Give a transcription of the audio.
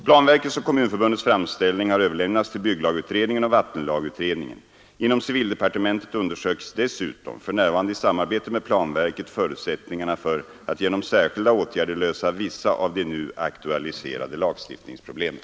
Planverkets och Kommunförbundets framställning har överlämnats till bygglagutredningen och vattenlagutredningen. Inom civildepartementet undersöks dessutom för närvarande i samarbete med planverket förutsättningarna för att genom särskilda åtgärder lösa vissa av de nu aktualiserade lagstiftningsproblemen.